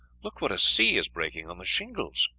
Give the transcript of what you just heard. look what a sea is breaking on the shingles!